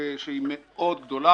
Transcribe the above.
שהיא גדולה מאוד,